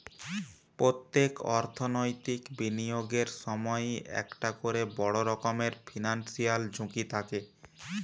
পোত্তেক অর্থনৈতিক বিনিয়োগের সময়ই একটা কোরে বড় রকমের ফিনান্সিয়াল ঝুঁকি থাকে